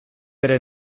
ere